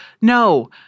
No